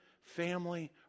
family